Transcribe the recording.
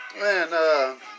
Man